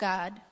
God